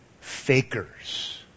fakers